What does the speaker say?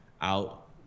out